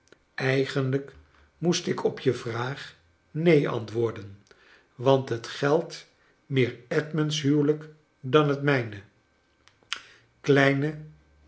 eigenlijk moest ik op je vraag neen antwoorden want het geldt meer edmund's huwelijk dan het mijne kleine